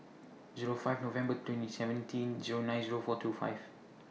Zero five November twenty seventeen Zero nine Zero four two five